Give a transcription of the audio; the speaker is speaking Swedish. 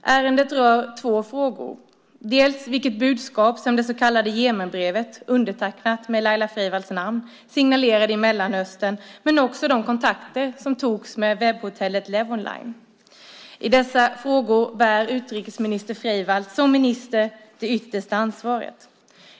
Ärendet rör två frågor, dels vilket budskap som det så kallade Jemenbrevet, undertecknat med Freivalds namn, signalerade i Mellanöstern, dels de kontakter som togs med webbhotellet Levonline. I båda dessa frågor bär utrikesminister Freivalds som minister det yttersta ansvaret.